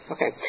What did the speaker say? Okay